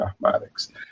mathematics